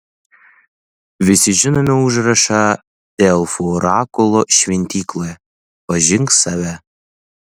visi žinome užrašą delfų orakulo šventykloje pažink save